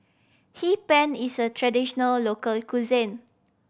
Hee Pan is a traditional local cuisine